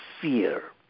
fear